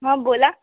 हां बोला